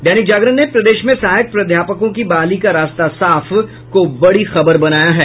दैनिक जागरण ने प्रदेश में सहायक प्रध्यापकों की बहाली का रास्ता साफ को बड़ी खबर बनाया है